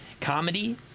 comedy